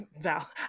Val